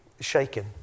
shaken